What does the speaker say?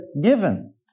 given